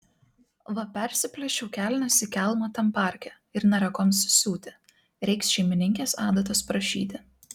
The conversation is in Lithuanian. va persiplėšiau kelnes į kelmą tam parke ir nėra kuom susiūti reiks šeimininkės adatos prašyti